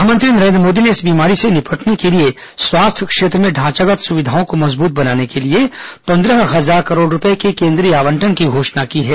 प्रधानमंत्री नरेन्द्र मोदी ने इस बीमारी से निपटने के लिए स्वास्थ्य क्षेत्र में ढांचागत सुविधाओं को मजबूत बनाने के लिए पंद्रह हजार करोड़ रुपये के केन्द्रीय आबंटन की घोषणा की है